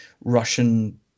Russian